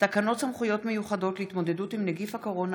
תקנות סמכויות מיוחדות להתמודדות עם נגיף הקורונה